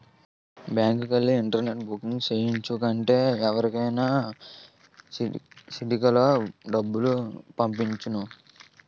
బ్యాంకుకెల్లి internet banking సేయించు కుంటే ఎవరికైనా సిటికలో డబ్బులు పంపొచ్చును